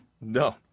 No